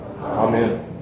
Amen